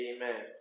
Amen